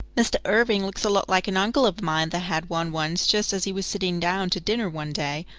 mr. irving looks a lot like an uncle of mine that had one once just as he was sitting down to dinner one day.